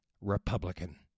Republican